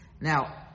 Now